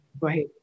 right